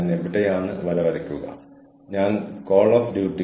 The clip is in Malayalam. ഞാൻ ക്യാമറ നോക്കാൻ പഠിച്ചു